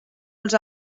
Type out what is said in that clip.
els